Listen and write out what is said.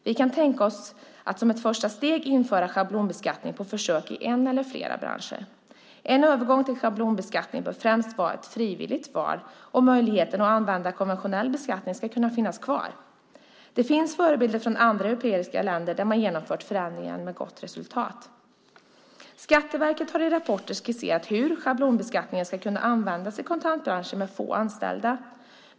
Vi kan tänka oss att som ett första steg införa schablonbeskattning på försök i en eller flera branscher. En övergång till schablonbeskattning bör främst vara ett frivilligt val och möjligheten att använda konventionell beskattning ska kunna finnas kvar. Det finns förebilder från andra europeiska länder där man genomfört förändringar med gott resultat. Skatteverket har i rapporter skisserat hur schablonbeskattning ska kunna användas i kontantbranscher med få anställda.